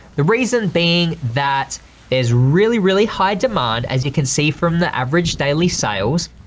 the reason being that there's really, really high demand as you can see from the average daily sales,